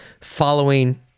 following